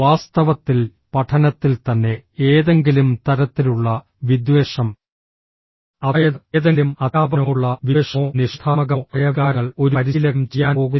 വാസ്തവത്തിൽ പഠനത്തിൽ തന്നെ ഏതെങ്കിലും തരത്തിലുള്ള വിദ്വേഷം അതായത് ഏതെങ്കിലും അധ്യാപകനോടുള്ള വിദ്വേഷമോ നിഷേധാത്മകമോ ആയ വികാരങ്ങൾ ഒരു പരിശീലകനും ചെയ്യാൻ പോകുന്നില്ല